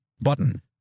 Button